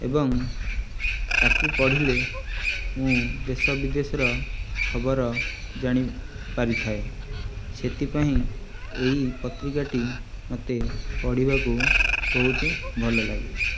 ଏବଂ ତାକୁ ପଢ଼ିଲେ ମୁଁ ଦେଶ ବିଦେଶର ଖବର ଜାଣି ପାରିଥାଏ ସେଥିପାଇଁ ଏଇ ପତ୍ରିକାଟି ମୋତେ ପଢ଼ିବାକୁ ବହୁତ ଭଲଲାଗେ